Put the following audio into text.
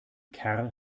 kerl